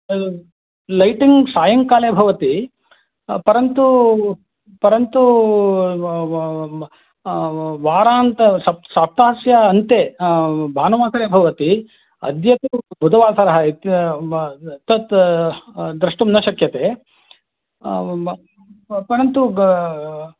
तत् लैटिङ्ग् सायङ्काले भवति परन्तु परन्तु वारान्त सप्ताहस्य अन्ते भानुवासरे भवति अद्य तु बुधवासरः तत् द्रष्टुं न शक्यते परन्तु